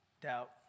doubt